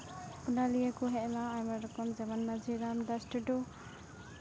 ᱚᱱᱟ ᱱᱚᱭᱮ ᱠᱚ ᱦᱮᱡᱱᱟ ᱟᱭᱢᱟ ᱨᱚᱠᱚᱢ ᱡᱮᱢᱚᱱ ᱢᱟᱹᱡᱷᱤ ᱨᱟᱢᱫᱟᱥ ᱴᱩᱰᱩ